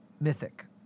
mythic